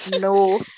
No